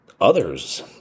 others